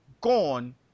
gone